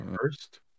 first